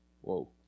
Whoa